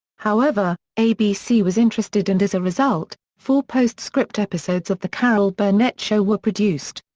however, abc was interested and as a result, four post-script episodes of the carol burnett show were produced.